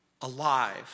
alive